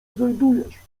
znajdujesz